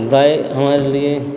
गाय हमारे लिए